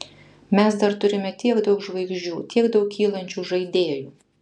mes dar turime tiek daug žvaigždžių tiek daug kylančių žaidėjų